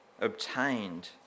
obtained